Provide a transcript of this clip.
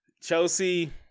Chelsea